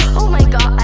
oh my god